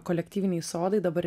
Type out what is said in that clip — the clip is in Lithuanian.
kolektyviniai sodai dabar